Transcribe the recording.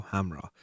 Hamra